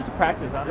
practice,